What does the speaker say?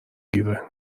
گیره